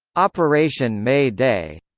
operation may day